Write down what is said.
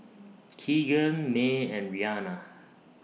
Kegan Mae and Rhianna